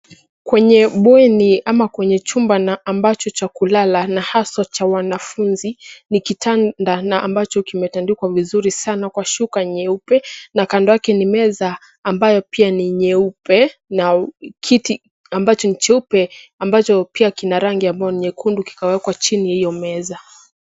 Kwenye bweni ama kwenye chumba na ambacho cha kulala na haswa cha wanafunzi ni kitanda na ambacho kimetandikwa vizuri sana kwa shuka nyeupe na kando yake ni meza ambayo pia ni nyeupe na kiti ambacho ni cheupe ambacho pia kina rangi ya ambayo ni nyekundu kikawekwa chini ya hiyo meza.